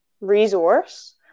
resource